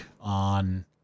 on